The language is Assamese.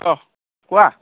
অঁ কোৱা